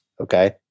Okay